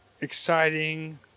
exciting